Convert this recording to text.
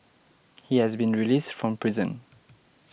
he has been released from prison